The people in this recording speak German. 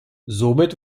somit